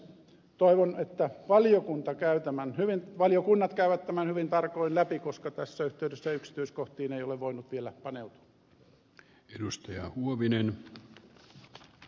toivon että valiokunnat käyvät tämän hyvin tarkoin läpi koska tässä yhteydessä yksityiskohtiin ei ole voinut vielä paneutua